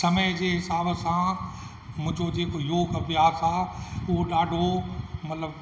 समय जे हिसाब सां मुंहिंजो जेको योगु अभ्यास आहे उहो ॾाढो मतिलबु